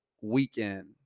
weekend